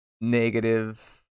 negative